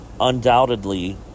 undoubtedly